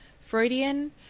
Freudian